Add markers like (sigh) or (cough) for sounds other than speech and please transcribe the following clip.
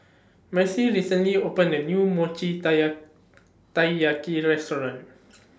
Marcie recently opened A New Mochi (unintelligible) Taiyaki Restaurant (noise)